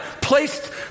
placed